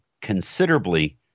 considerably –